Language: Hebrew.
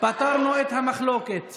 פתרנו את המחלוקת.